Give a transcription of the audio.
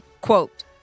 quote